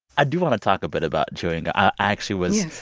i do want to talk a bit about chewing gum. i actually was.